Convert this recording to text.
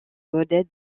modèle